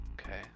Okay